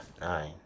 nine